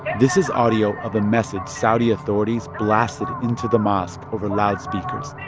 this is audio of a message saudi authorities blasted into the mosque over loudspeakers,